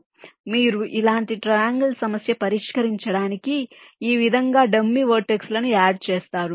కాబట్టి మీరు ఇలాంటి ట్రయాంగల్ సమస్య పరిష్కరించడానికి నేను ఈ విధంగా డమ్మీ వెర్టెక్స్ లను యాడ్ చేస్తాను